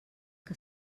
que